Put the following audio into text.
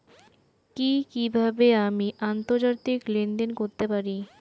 কি কিভাবে আমি আন্তর্জাতিক লেনদেন করতে পারি?